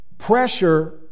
Pressure